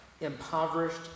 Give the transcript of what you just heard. impoverished